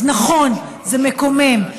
אז נכון, זה מקומם.